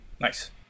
Nice